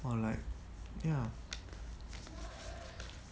or like ya